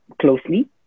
closely